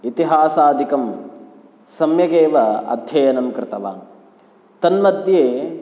इतिहासादिकं सम्यगेव अध्ययनं कृतवान् तन्मध्ये